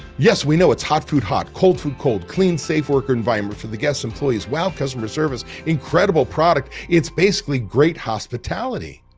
yes, we know it's hot food hot, cold food cold, clean, safe work environment for the guests employees, wow customer service, incredible product. it's basically great hospitality.